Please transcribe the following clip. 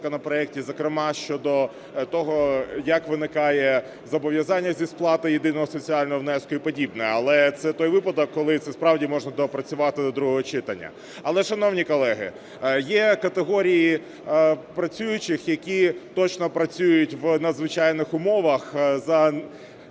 законопроекті, зокрема щодо того, як виникає зобов'язання зі сплати єдиного соціального внеску і подібне. Але це той випадок, коли це справді можна доопрацювати до другого читання. Але, шановні колеги, є категорії працюючих, які точно працюють у надзвичайних умовах за